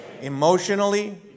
emotionally